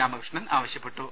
രാമകൃഷ്ണൻ ആവശ്യപ്പെട്ടു